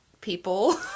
people